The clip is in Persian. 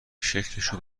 شکلشو